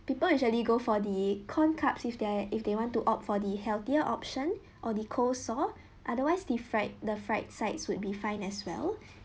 people usually go for the corn cups if there if they want to opt for the healthier option or the coleslaw otherwise the fried the fried sides would be fine as well